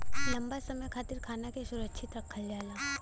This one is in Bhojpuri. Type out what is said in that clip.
लंबा समय खातिर खाना के सुरक्षित रखल जाला